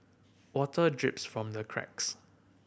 water drips from the cracks